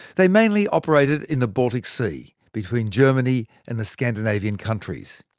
they mainly operated in the baltic sea, between germany and the scandinavian countries.